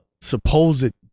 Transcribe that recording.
supposed